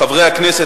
חברי הכנסת,